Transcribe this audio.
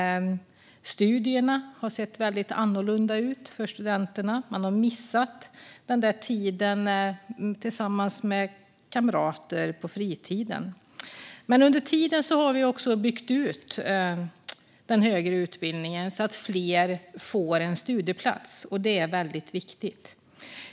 Studierna har sett väldigt annorlunda ut för studenterna; man har missat tiden tillsammans med kamrater på fritiden. Under tiden har vi också byggt ut den högre utbildningen så att fler får en studieplats. Detta är väldigt viktigt.